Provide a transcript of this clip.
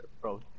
bro